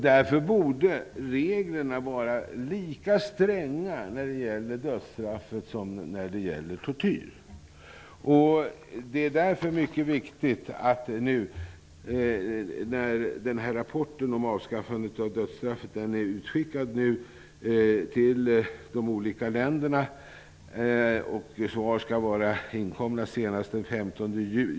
Därför borde reglerna för dödsstraff vara lika stränga som reglerna för tortyr. Rapporten om avskaffandet av dödsstraffet har nu skickats ut till de olika länderna. Svar skall ha inkommit senast den 15 juni.